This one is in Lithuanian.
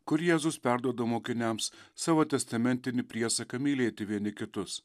kur jėzus perduoda mokiniams savo testamentinį priesaką mylėti vieni kitus